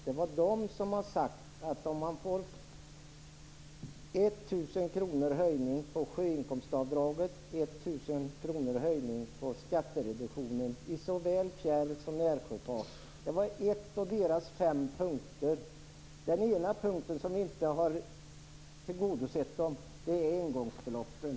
Det är de som har sagt att de vill att sjöinkomstavdraget höjs med 1 000 kr och att skattereduktionen höjs med 1 000 kr i såväl fjärr som närsjöfart. Det var en av deras fem punkter. Den punkt som inte har tillgodosetts är engångsbeloppen.